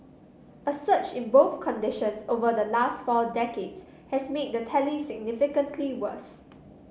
a surge in both conditions over the last four decades has made the tally significantly worse